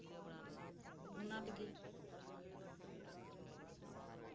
ᱚᱱᱟ ᱞᱟᱹᱜᱤᱫ